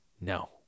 no